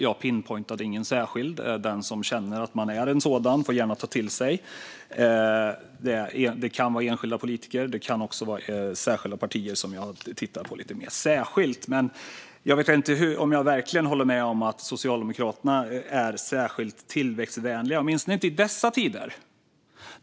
Jag pinpointade ingen särskild, utan den som känner igen sig får gärna ta till sig det. Det kan vara enskilda politiker, men det kan också vara partier som jag har tittat särskilt på. Men jag vet inte om jag kan hålla med om att Socialdemokraterna är särskilt tillväxtvänliga, åtminstone inte i dessa tider.